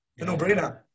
no-brainer